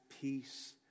peace